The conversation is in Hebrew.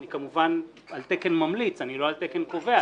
אני כמובן על תקן ממליץ, אני לא על תקן קובע.